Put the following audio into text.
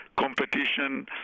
competition